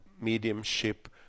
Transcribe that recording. mediumship